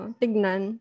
tignan